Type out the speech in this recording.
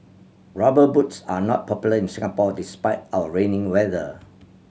Rubber Boots are not popular in Singapore despite our rainy weather